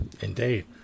Indeed